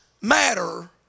matter